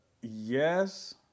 Yes